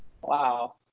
Wow